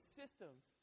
systems